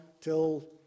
till